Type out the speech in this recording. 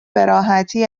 براحتی